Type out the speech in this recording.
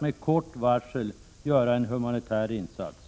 med kort varsel frigöra dem för en humanitär insats.